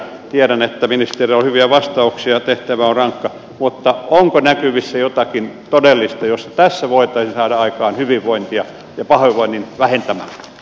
tiedän että ministerillä on hyviä vastauksia ja tehtävä on rankka mutta onko näkyvissä jotakin todellista jos tässä voitaisiin saada aikaan hyvinvointia ja pahoinvoinnin vähentämistä